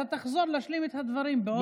אתה תחזור להשלים את הדברים בעוד,